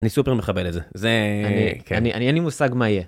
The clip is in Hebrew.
אני סופר מחבל את זה, אני אין לי מושג מה יהיה.